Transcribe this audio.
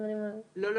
לא,